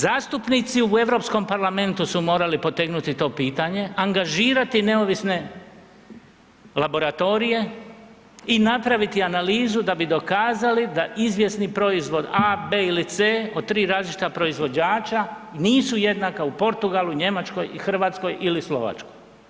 Zastupnici u Europskom parlamentu su morali potegnuti to pitanje, angažirati neovisne laboratorije i napraviti analizu da bi dokazali da izvjesni proizvod a, b ili c od tri različita proizvođača nisu jednaka u Portugalu, Njemačkoj i Hrvatskoj ili Slovačkoj.